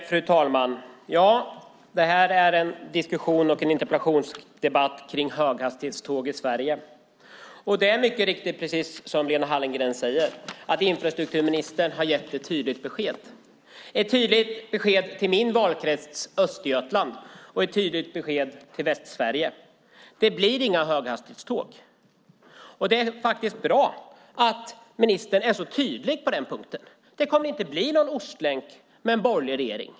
Fru talman! Det här är en diskussion och en interpellationsdebatt kring höghastighetståg i Sverige. Det är mycket riktigt precis som Lena Hallengren säger, att infrastrukturministern har gett ett tydligt besked. Det är ett tydligt besked till min valkrets Östergötland och ett tydligt besked till Västsverige. Det blir inga höghastighetståg. Det är faktiskt bra att ministern är så tydlig på den punkten. Det kommer inte att bli någon ostlänk med en borgerlig regering.